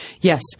yes